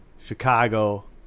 Chicago